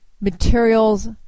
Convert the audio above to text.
materials